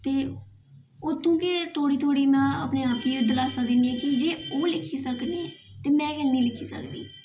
ते उत्थु गे मिगी थोह्ड़ी ना अपने आप गी दलासा दिन्नियां कि ते ओह् लिखी सकदे ते में केह् नीं लिखी सकनी